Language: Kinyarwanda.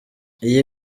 iyi